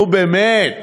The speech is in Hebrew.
נו, באמת.